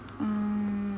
mm